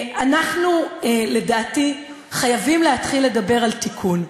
אנחנו, לדעתי, חייבים להתחיל לדבר על תיקון.